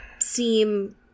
seem